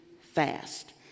fast